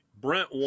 Brent